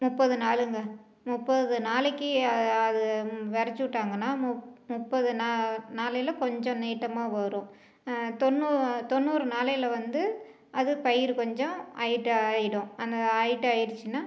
முப்பது நாளுங்க முப்பது நாளைக்கு அதை அது விதைச்சு விட்டாங்கன்னா முப் முப்பது நா நாளையில் கொஞ்சம் நீட்டமாக வரும் தொண்ணூறு தொண்ணூறு நாளையில் வந்து அது பயிறு கொஞ்சம் ஹைட்டாக ஆகிடும் அந்த ஹைட்டாக ஆகிடுச்சுன்னா